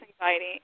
anxiety